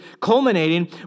culminating